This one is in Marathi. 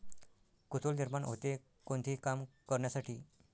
कुतूहल निर्माण होते, कोणतेही काम करण्यासाठी